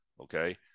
okay